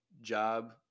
job